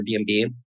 Airbnb